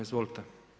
Izvolite.